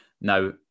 Now